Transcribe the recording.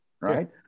Right